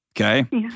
Okay